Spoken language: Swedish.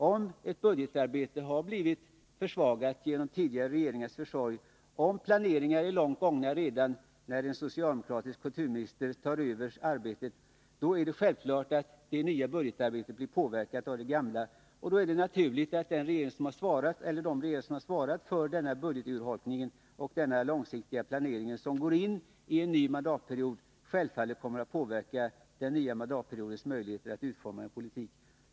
Om en budget genom tidigare regeringars försorg har blivit försvagad och planeringsarbetet är långt gånget när en socialdemokratisk kulturminister tar över ansvaret är det självklart att det nya budgetarbetet påverkas av detta. Tidigare regerings eller regeringars budgeturholkning och långsiktiga planering som går in i en ny mandatperiod påverkar självfallet den nya regeringens möjligheter att under sin mandatperiod utforma en politik.